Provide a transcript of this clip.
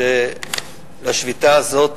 שבשביתה הזאת